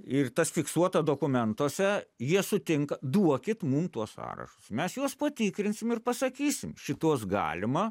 ir tas fiksuota dokumentuose jie sutinka duokit mum tuos sąrašus mes juos patikrinsim ir pasakysim šituos galima